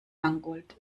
mangold